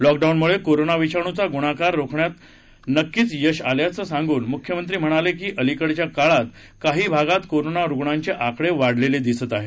लॉकडाऊनमुळे कोराना विषाणुचा गुणाकार रोखण्यात नक्कीच यश आल्याचे सांगून मुख्यमंत्री म्हणाले की अलिकडच्या काळात काही भागात कोरोना रुग्णांचे आकडे वाढलेले दिसत आहेत